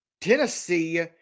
Tennessee